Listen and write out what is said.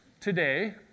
today